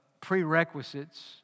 prerequisites